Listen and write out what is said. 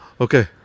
Okay